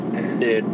Dude